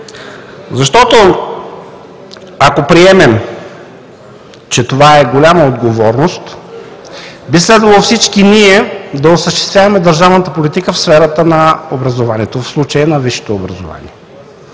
Защото, ако приемем, че това е голяма отговорност, би следвало всички ние да осъществяваме държавната политика в сферата на образованието – в случая на висшето образование.